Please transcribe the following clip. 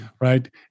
right